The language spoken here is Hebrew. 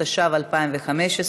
התשע"ו 2015,